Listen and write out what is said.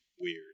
weird